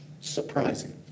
Surprising